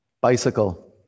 bicycle